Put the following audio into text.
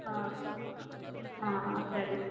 ಹಾಂ ಹಾಂ ಸರಿ